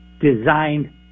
designed